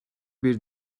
bir